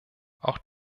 auch